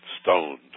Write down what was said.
stoned